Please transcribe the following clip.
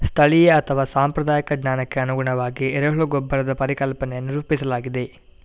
ಸ್ಥಳೀಯ ಅಥವಾ ಸಾಂಪ್ರದಾಯಿಕ ಜ್ಞಾನಕ್ಕೆ ಅನುಗುಣವಾಗಿ ಎರೆಹುಳ ಗೊಬ್ಬರದ ಪರಿಕಲ್ಪನೆಯನ್ನು ರೂಪಿಸಲಾಗಿದೆ